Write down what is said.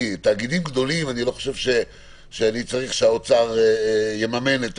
אני לא חושב שאני צריך שהאוצר יממן את